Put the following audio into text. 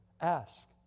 Ask